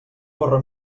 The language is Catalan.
corre